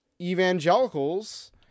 evangelicals